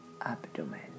abdomen